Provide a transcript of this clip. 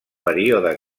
període